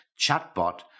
chatbot